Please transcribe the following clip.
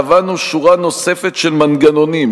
קבענו שורה נוספת של מנגנונים,